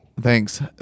thanks